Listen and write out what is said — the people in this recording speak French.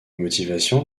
motivations